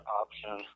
option